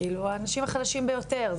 כאילו האנשים החלשים ביותר,